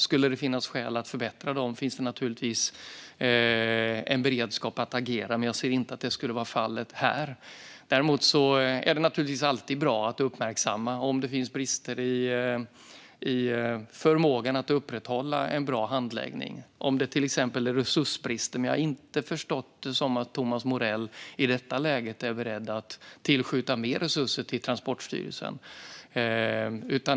Skulle det finnas skäl att förbättra dem finns det naturligtvis en beredskap att agera, men jag ser inte att det skulle vara fallet här. Däremot är det naturligtvis alltid bra att uppmärksamma om det finns brister i förmågan att upprätthålla en bra handläggning, om det till exempel är resursbrister. Men jag har inte förstått det som att Thomas Morell i detta läge är beredd att tillskjuta mer resurser till Transportstyrelsen.